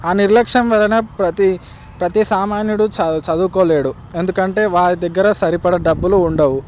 ఆ నిర్లక్ష్యం వలన ప్రతి ప్రతి సామాన్యుడు చ చదువుకోలేడు ఎందుకంటే వారి దగ్గర సరిపడా డబ్బులు ఉండవు